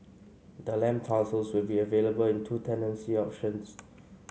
the land parcels will be available in two tenancy options